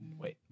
wait